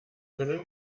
können